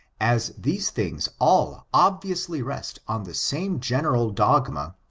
as these things all obviously rest on the same general dogma,